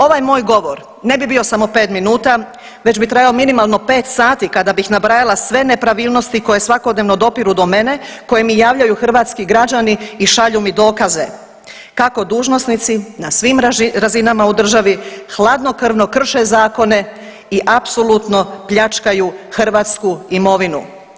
Ovaj moj govor ne bi bio samo pet minuta već bi trajao minimalno pet sati kada bih nabrajala sve nepravilnosti koje svakodnevno dopiru do mene, koje mi javljaju hrvatski građani i šalju mi dokaze kako dužnosnici na svim razinama u državi hladnokrvno krše zakone i apsolutno pljačkaju hrvatsku imovinu.